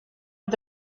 att